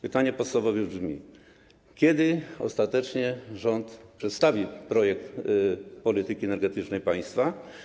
Pytanie podstawowe brzmi: Kiedy ostatecznie rząd przedstawi projekt polityki energetycznej państwa?